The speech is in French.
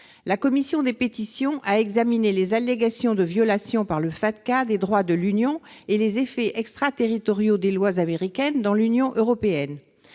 La Commission des pétitions a examiné les allégations de violation par le Fatca des droits de l'Union et les effets extraterritoriaux des lois américaines dans l'Union européenne.